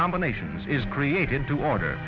combinations is created to order